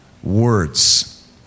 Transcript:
words